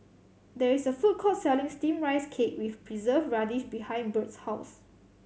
there is a food court selling Steamed Rice Cake with preserve radish behind Bird's house